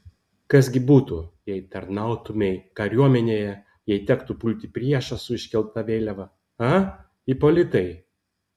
kas gi būtų jei tarnautumei kariuomenėje jei tektų pulti priešą su iškelta vėliava a ipolitai